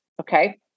Okay